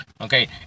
Okay